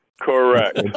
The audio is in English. Correct